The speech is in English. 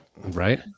right